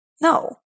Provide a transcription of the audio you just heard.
No